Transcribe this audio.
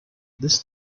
this